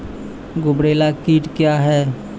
गुबरैला कीट क्या हैं?